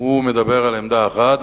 הוא מדבר על עמדה אחת,